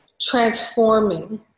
transforming